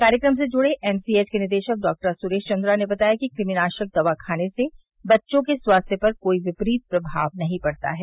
कार्यक्रम से जुड़े एमसीएच के निदेशक डॉक्टर सुरेश चन्द्रा ने बताया कि कृमि नाशक दवा खाने से बच्चों के स्वास्थ्य पर कोई विपरीत प्रभाव नहीं पड़ता है